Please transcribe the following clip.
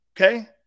Okay